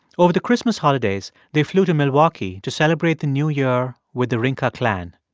over the christmas holidays, they flew to milwaukee to celebrate the new year with the rinka clan.